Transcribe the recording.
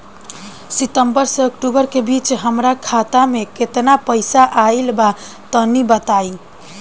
सितंबर से अक्टूबर के बीच हमार खाता मे केतना पईसा आइल बा तनि बताईं?